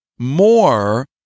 More